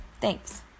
Thanks